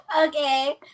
Okay